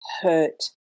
hurt